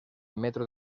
metro